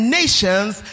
nations